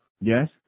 Yes